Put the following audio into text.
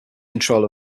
control